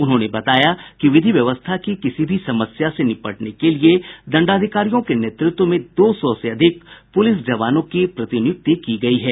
उन्होंने बताया कि विधि व्यवस्था की किसी भी समस्या के निपटने के लिए दंडाधिकारियों के नेतृत्व में दो सौ से अधिक पुलिस जवानों की प्रतिनियुक्ति की गयी है